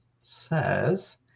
says